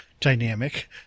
dynamic